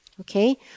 okay